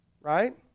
Right